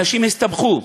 אנשים הסתבכו.